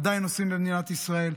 עדיין עושים במדינת ישראל,